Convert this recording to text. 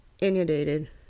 inundated